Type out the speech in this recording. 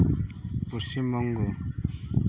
Paschimbanga